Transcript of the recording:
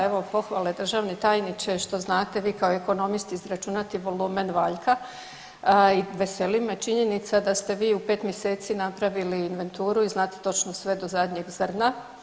Evo pohvale državni tajniče što znate vi kao ekonomist izračunati volumen valjka i veseli me činjenica da ste vi u 5 mjeseci napravili inventuru i znate točno sve do zadnjeg zrna.